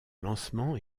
lancement